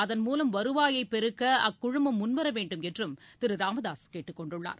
அதன் மூலம் வருவாயை பெருக்க அக்குழமம் முன்வர வேண்டும் என்றும் திரு ராமதாசு கேட்டுக் கொண்டுள்ளார்